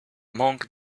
monk